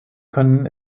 können